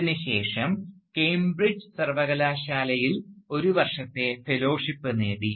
ഇതിനുശേഷം കേംബ്രിഡ്ജ് സർവകലാശാലയിൽ ഒരു വർഷത്തെ ഫെലോഷിപ്പ് നേടി